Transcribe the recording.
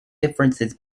differences